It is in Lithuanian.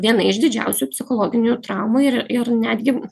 viena iš didžiausių psichologinių traumų ir ir netgi